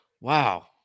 Wow